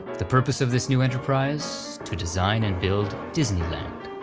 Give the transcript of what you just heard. the purpose of this new enterprise? to design and build disneyland.